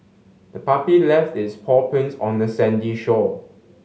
the puppy left its paw prints on the sandy shore